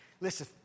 Listen